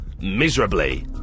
miserably